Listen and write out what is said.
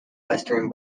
western